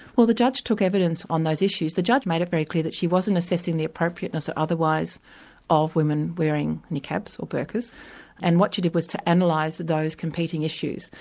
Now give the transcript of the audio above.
well the judge took evidence on those issues. the judge made it very clear that she wasn't assessing the appropriateness or otherwise of women wearing niqabs or burkhas and what she did was to and like analyse those competing issues.